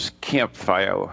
campfire